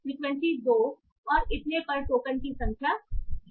frequency 2 और इतने पर टोकन की संख्या क्या है